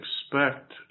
expect